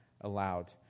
allowed